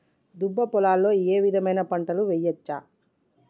దుబ్బ పొలాల్లో ఏ విధమైన పంటలు వేయచ్చా?